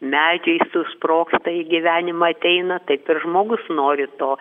medžiai susprogsta į gyvenimą ateina taip ir žmogus nori to